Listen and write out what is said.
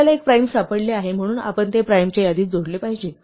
आपल्याला एक प्राइम सापडले आहे म्हणून आपण ते प्राइमच्या यादीत जोडले पाहिजे